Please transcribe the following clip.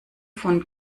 von